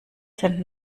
sind